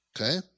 Okay